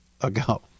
ago